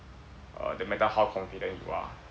err no matter how confident you are